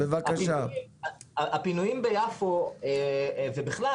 הפינויים ביפו זה בכלל,